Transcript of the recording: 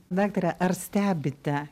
daktare ar stebite